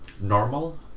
normal